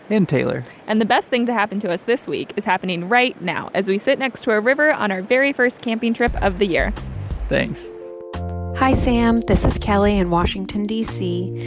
taylor and the best thing to happen to us this week is happening right now as we sit next to a river on our very first camping trip of the year thanks hi, sam. this is kelly in washington, d c.